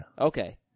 Okay